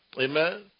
amen